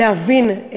להבין,